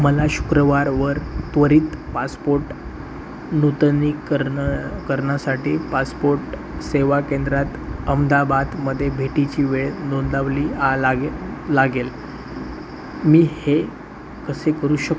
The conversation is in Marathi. मला शुक्रवारवर त्वरित पासपोर्ट नूतनीकरण करणासाठी पासपोर्ट सेवा केंद्रात अहमदाबादमध्ये भेटीची वेळ नोंदवावी आ लागे लागेल मी हे कसे करू शकतो